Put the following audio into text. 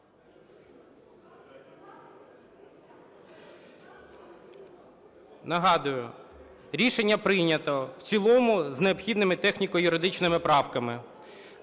Нагадую, рішення прийнято в цілому з необхідними техніко-юридичними правками.